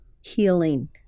healing